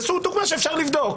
וזה סוג דוגמה שאפשר לבדוק.